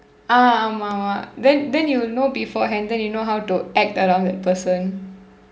ah ஆமாம் ஆமாம்:aamaam aamaam then then you know beforehand then you know how to act around that person